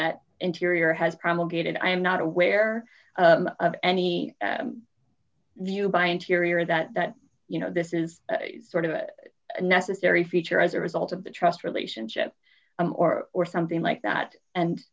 that interior has promulgated i'm not aware of any do you buy interior that you know this is sort of a necessary feature as a result of the trust relationship or or something like that and